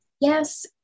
Yes